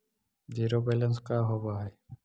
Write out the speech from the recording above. Zero balance का होव हइ?